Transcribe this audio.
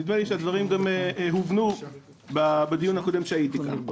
נדמה לי שהדברים גם הובנו בדיון הקודם שהייתי כאן.